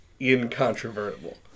incontrovertible